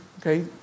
okay